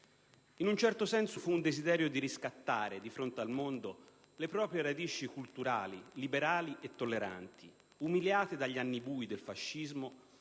In un certo senso fu un desiderio di riscattare di fronte al mondo le proprie radici culturali liberali e tolleranti, umiliate dagli anni bui del fascismo,